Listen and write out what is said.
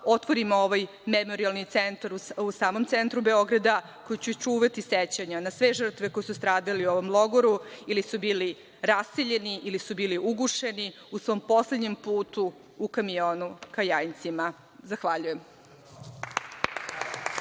otvorimo ovaj memorijalni centar u samom centru Beograda koji će čuvati sećanja na sve žrtve koje su stradale u ovom logoru ili su bili raseljeni, ili su bili ugušeni na svom poslednjem putu u kamionu ka Jajincima. Zahvaljujem.